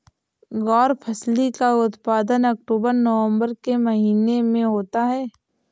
ग्वारफली का उत्पादन अक्टूबर नवंबर के महीने में होता है